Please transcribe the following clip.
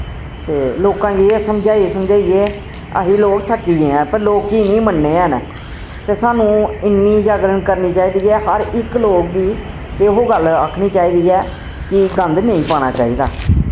ते लोकां गी एह् समझाई समझाइयै असी लोक थक्की गे ऐं पर लोकी निं मन्ने हैन ते साह्नू इन्नी जागरन करनी चाहिदी ऐ हर इक लोग गी एहो गल्ल आक्खनी चाहिदी ऐ कि गंद नेईं पाना चाहिदा